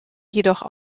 jedoch